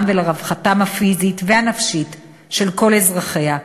ולרווחתם הפיזית והנפשית של כל אזרחיה,